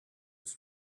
his